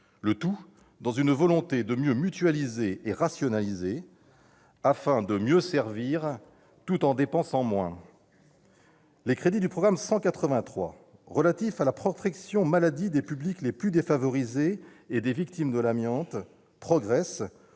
le tout dans une volonté de mieux mutualiser et rationaliser, afin de mieux servir tout en dépensant moins. Les crédits du programme 183 relatifs à la protection maladie des publics les plus défavorisés et des victimes de l'amiante progressent,